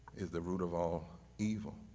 is the root of all evil.